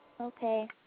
Okay